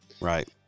Right